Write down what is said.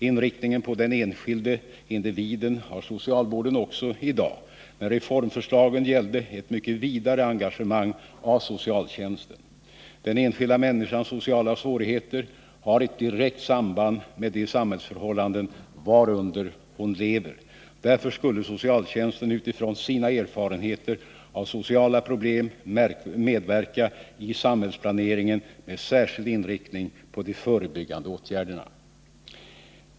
Inriktningen på den enskilde individen har socialvården också i dag. Men reformförslagen gällde ett mycket vidare engagemang av socialtjänsten. Den enskilda människans sociala svårigheter har ett direkt samband med de samhällsförhållanden varunder hon lever. Därför skulle socialtjänsten utifrån sina erfarenheter av sociala problem medverka i samhällsplaneringen med särskild inriktning på de förebyggande åtgärderna.